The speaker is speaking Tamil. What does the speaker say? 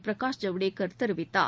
பிரகாஷ் ஜவ்டேகர் தெரிவித்தார்